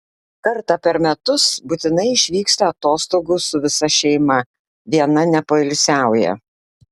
kartą per metus būtinai išvyksta atostogų su visa šeima viena nepoilsiauja